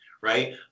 right